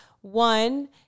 One